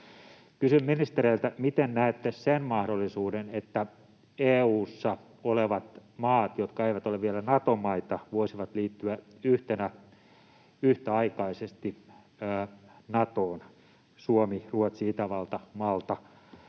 Kysyn ministereiltä, miten näette sen mahdollisuuden, että EU:ssa olevat maat, jotka eivät ole vielä Nato-maita, voisivat liittyä yhtäaikaisesti Natoon — Suomi, Ruotsi, Itävalta, Malta, [Puhemies